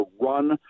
run